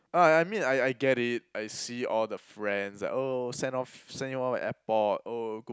ah I I mean I I get it I see all the friends like oh send off send you off at airport oh good